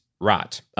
rot